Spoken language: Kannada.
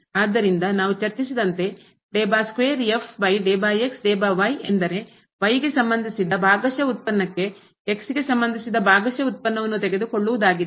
ಆದ್ದರಿಂದ ನಾವು ಚರ್ಚಿಸಿದಂತೆ ಎಂದರೆ ಗೆ ಸಂಬಂಧಿಸಿದ ಭಾಗಶಃ ಉತ್ಪನ್ನಕ್ಕೆ ಗೆ ಸಂಬಂಧಿಸಿದ ಭಾಗಶಃ ವ್ಯುತ್ಪನ್ನವನ್ನು ತೆಗೆದುಕೊಳ್ಳುವುದಾಗಿದೆ